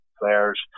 players